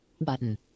Button